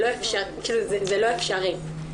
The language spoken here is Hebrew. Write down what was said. זה לא אפשרי.